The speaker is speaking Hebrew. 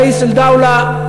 "ראיס אל-דוולה",